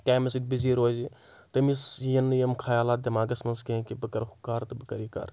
کامہِ سۭتۍ بِزی روزِ تٔمِس یِن نہٕ یِم خیالات دؠماغَس منٛز کینٛہہ کہِ بہٕ کَرٕ ہُہ کار تہٕ بہٕ کَرٕ یہِ کار